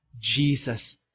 Jesus